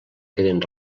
queden